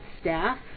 staff